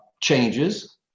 changes